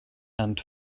and